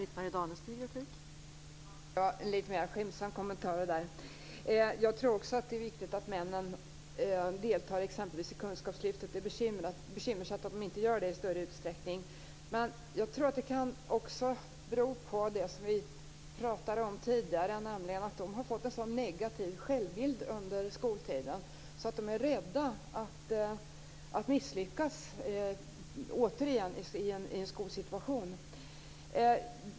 Fru talman! Det var en mera skämtsam kommentar. Jag tror också att det är viktigt att männen deltar i kunskapslyftet, och det är bekymmersamt att de inte gör det i större utsträckning. Det kan bero på det som vi talade om tidigare, nämligen att de har fått en så negativ självbild under skoltiden att de är rädda för att återigen misslyckas i en skolsituation.